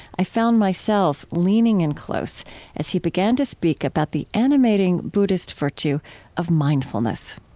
i found myself leaning in close as he began to speak about the animating buddhist virtue of mindfulness